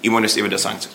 įmonės įvedė sankcijas